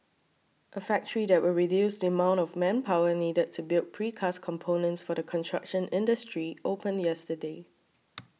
a factory that will reduce the amount of manpower needed to build precast components for the construction industry opened yesterday